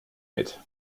mit